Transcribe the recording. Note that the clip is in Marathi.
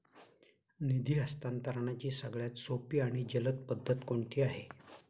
निधी हस्तांतरणाची सगळ्यात सोपी आणि जलद पद्धत कोणती आहे?